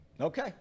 okay